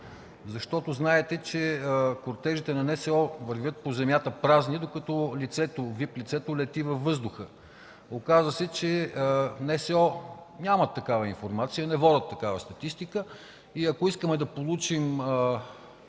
полет. Знаете, че кортежите на НСО вървят по земята празни, докато ВИП лицето лети във въздуха. Оказа се, че НСО нямат такава информация, не водят такава статистика. Ако искаме да получим